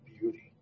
beauty